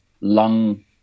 lung